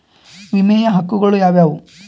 ವಿಮೆಯ ಹಕ್ಕುಗಳು ಯಾವ್ಯಾವು?